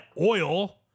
oil